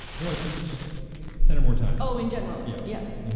no, i think it's just ten or more times. oh in general, yeah yes.